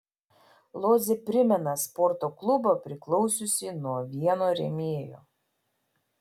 lodzė primena sporto klubą priklausiusį nuo vieno rėmėjo